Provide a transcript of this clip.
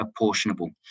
apportionable